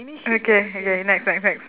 okay okay next next next